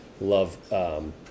love –